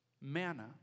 Manna